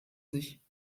sich